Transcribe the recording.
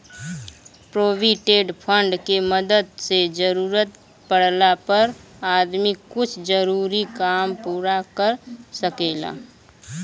provident fund के मदद से जरूरत पाड़ला पर आदमी कुछ जरूरी काम पूरा कर सकेला